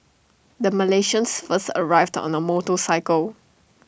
the Malaysians first arrived on A motorcycle